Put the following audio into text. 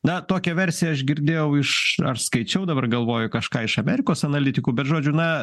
na tokią versiją aš girdėjau iš ar skaičiau dabar galvoju kažką iš amerikos analitikų bet žodžiu na